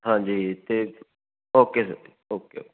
ਹਾਂਜੀ ਅਤੇ okay okay okay